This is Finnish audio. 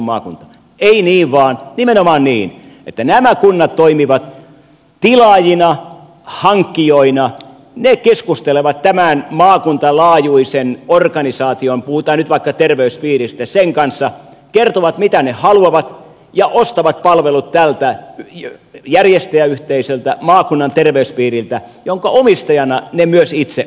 ei niin vaan nimenomaan niin että nämä kunnat toimivat tilaajina hankkijoina ne keskustelevat tämän maakuntalaajuisen organisaation puhutaan nyt vaikka terveyspiiristä kanssa kertovat mitä ne haluavat ja ostavat palvelut tältä järjestäjäyhteisöltä maakunnan terveyspiiriltä jonka omistajana ne myös itse ovat